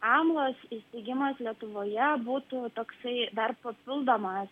amlos įsteigimas lietuvoje būtų toksai dar papildomas